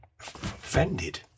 offended